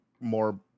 more